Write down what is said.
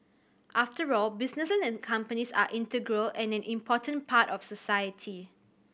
after all businesses and companies are integral and an important part of society